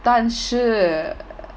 但是